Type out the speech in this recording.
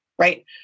right